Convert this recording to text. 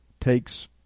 takes